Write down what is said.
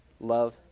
love